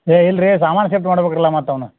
ಏ ಇಲ್ರಿ ಸಮಾನು ಸೇಫ್ಟಿ ಮಾಡ್ಬೇಕು ಅಲ್ರಿ ಮತ್ತು ಅವ್ನ